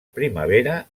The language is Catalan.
primavera